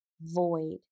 void